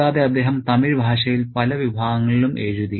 കൂടാതെ അദ്ദേഹം തമിഴ് ഭാഷയിൽ പല വിഭാഗങ്ങളിലും എഴുതി